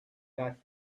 that